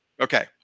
Okay